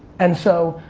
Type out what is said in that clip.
and so,